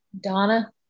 Donna